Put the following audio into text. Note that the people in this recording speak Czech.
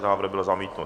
Návrh byl zamítnut.